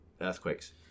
earthquakes